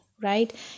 right